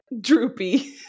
droopy